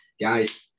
guys